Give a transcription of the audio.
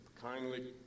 kindly